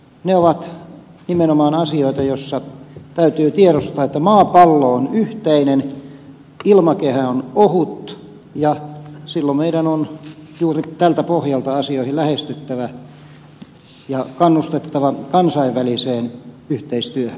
ne ovat nimenomaan asioita joissa täytyy tiedostaa että maapallo on yhteinen ilmakehä on ohut ja silloin meidän on juuri tältä pohjalta asioita lähestyttävä ja kannustettava kansainväliseen yhteistyöhön